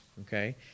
okay